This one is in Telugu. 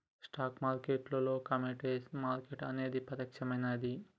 స్టాక్ మార్కెట్టులోనే కమోడిటీస్ మార్కెట్ అనేది ప్రత్యేకమైనది